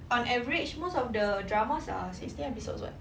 on average most of the dramas are sixty episodes [what]